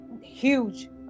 huge